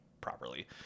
properly